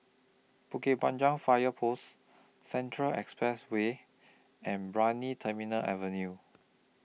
Bukit Panjang Fire Post Central Expressway and Brani Terminal Avenue